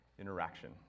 interaction